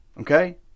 Okay